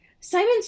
Simon